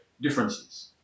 differences